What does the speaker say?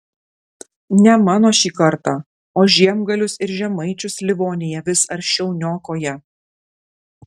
ne mano šį kartą o žiemgalius ir žemaičius livonija vis aršiau niokoja